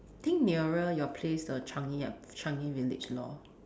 think nearer your place the Changi uh Changi village lor